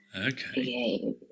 Okay